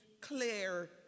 clear